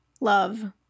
love